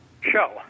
show